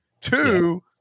Two